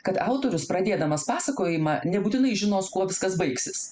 kad autorius pradėdamas pasakojimą nebūtinai žinos kuo viskas baigsis